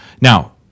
Now